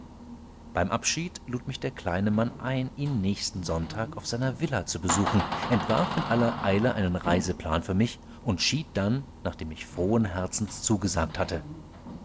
beim abschied lud mich der kleine mann ein ihn nächsten sonntag auf seiner villa zu besuchen entwarf in aller eile einen reiseplan für mich und schied dann nachdem ich frohen herzens zugesagt hatte